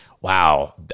wow